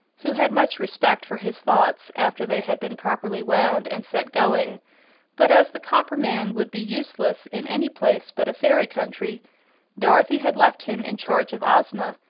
who had much respect for his thoughts after they had been properly wound and set going but as the copper man would be useless in any place but a fairy country dorothy had left him in charge of ozma,